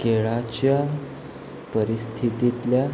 केळाच्या परिस्थितींतल्या